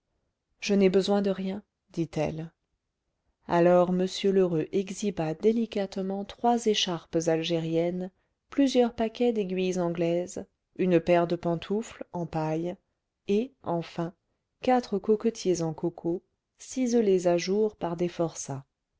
je n'ai besoin de rien dit-elle alors m lheureux exhiba délicatement trois écharpes algériennes plusieurs paquets d'aiguilles anglaises une paire de pantoufles en paille et enfin quatre coquetiers en coco ciselés à jour par des forçats